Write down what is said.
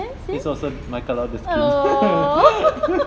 yes yes oo